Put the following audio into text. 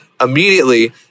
immediately